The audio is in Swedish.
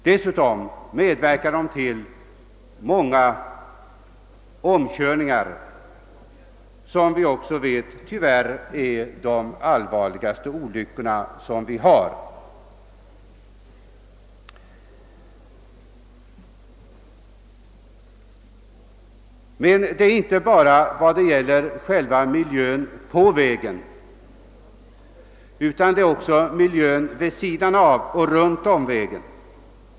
Dessutom medverkar dessa fordon till många omkörningar, vilka vi vet åstadkommer de allvarligaste trafikolyckorna. Men det är inte bara fråga om miljön på vägen utan även om miljön vid sidan av vägen.